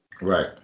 right